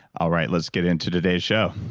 all right. let's get into today's show.